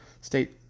State